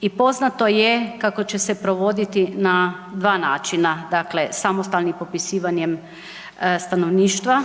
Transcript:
i poznato je kako će se provoditi na dva načina. Dakle, samostalni popisivanjem stanovništva